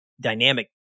dynamic